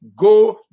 Go